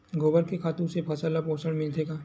गोबर के खातु से फसल ल पोषण मिलथे का?